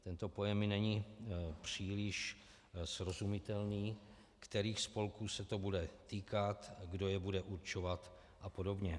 Tento pojem mi není příliš srozumitelný kterých spolků se to bude týkat, kdo je bude určovat apod.